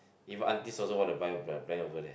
even aunties also want to buy the brand over there